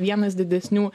vienas didesnių